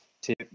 tip